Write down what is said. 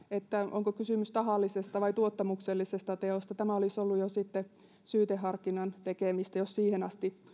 onko kysymys tahallisesta vai tuottamuksellisesta teosta tämä olisi ollut sitten jo syyteharkinnan tekemistä jos siihen asti